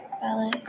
Ballet